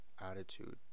attitude